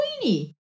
Queenie